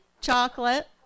Chocolate